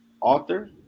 author